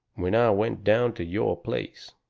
when i went down to your place.